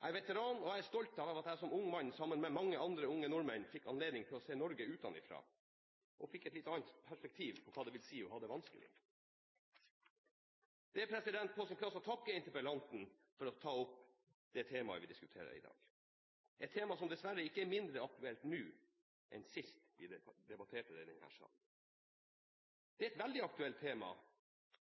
Jeg er veteran og stolt av at jeg som ung mann sammen med mange andre unge nordmenn fikk anledning til å se Norge utenfra og fikk et litt annet perspektiv på hva det vil si å ha det vanskelig. Det er på sin plass å takke interpellanten for å ta opp temaet vi diskuterer i dag. Det er et tema som dessverre ikke er mindre aktuelt nå enn sist vi debatterte det i denne salen. Det er et veldig aktuelt tema,